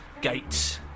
Gates